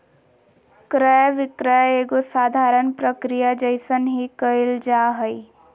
क्रय विक्रय एगो साधारण प्रक्रिया जइसन ही क़इल जा हइ